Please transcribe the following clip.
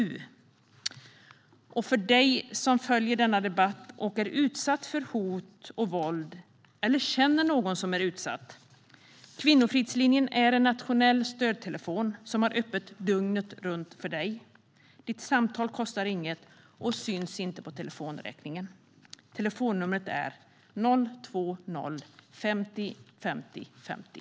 Nu vänder jag mig till dig som följer denna debatt och är utsatt för hot och våld eller som känner någon som är utsatt: Kvinnofridslinjen är en nationell stödtelefon som har öppet dygnet runt för dig. Ditt samtal kostar inget och syns inte på telefonräkningen. Telefonnumret är: 020-50 50 50.